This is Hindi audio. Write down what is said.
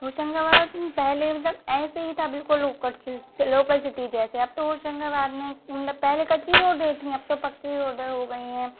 होशंगाबाद पहले मतलब ऐसे ही था बिल्कुल लोकल सिटी जैसे अब तो होशंगाबाद में मतलब पहले कच्ची रोडें थीं अब तो पक्की रोडें हो गई हैं